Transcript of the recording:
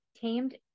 Tamed